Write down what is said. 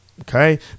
Okay